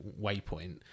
waypoint